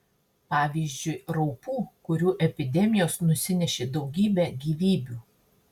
pavyzdžiui raupų kurių epidemijos nusinešė daugybę gyvybių